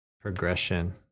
progression